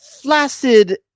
flaccid